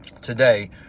today